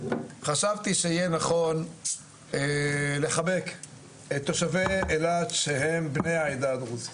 חשבתי שיהיה נכון לחבק את תושבי אילת שהם בני העדה הדרוזית.